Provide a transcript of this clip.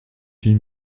huit